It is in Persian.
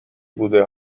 بوده